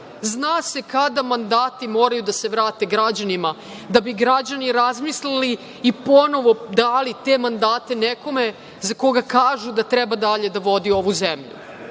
zna se kada mandati moraju da se vrate građanima da bi građani razmislili i ponovo dali te mandate nekome za koga kažu da treba dalje da vodi ovu zemlju.I